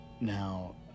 Now